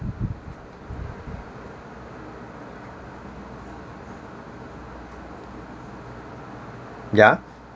yeah